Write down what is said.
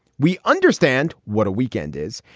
we understand what a weekend is.